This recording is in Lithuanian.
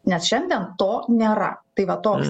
nes šiandien to nėra tai va toks